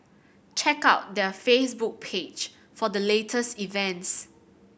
check out their Facebook page for the latest events